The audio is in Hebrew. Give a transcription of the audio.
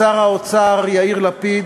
לשר האוצר יאיר לפיד,